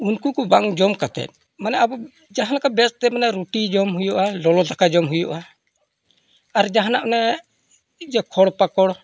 ᱩᱱᱠᱩ ᱠᱚ ᱵᱟᱝ ᱡᱚᱢ ᱠᱟᱛᱮᱫ ᱢᱟᱱᱮ ᱟᱵᱚ ᱡᱟᱦᱟᱸ ᱞᱮᱠᱟ ᱵᱮᱹᱥ ᱛᱮ ᱢᱟᱱᱮ ᱨᱩᱴᱤ ᱡᱚᱢ ᱦᱩᱭᱩᱜᱼᱟ ᱞᱚᱞᱚ ᱫᱟᱠᱟ ᱡᱚᱢ ᱦᱩᱭᱩᱜᱼᱟ ᱟᱨ ᱡᱟᱦᱟᱱᱟᱜ ᱚᱱᱟ ᱡᱮ ᱠᱷᱚᱲ ᱯᱟᱠᱚᱲ